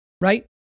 right